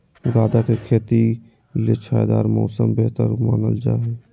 गदा के खेती ले छायादार मौसम बेहतर मानल जा हय